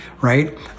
right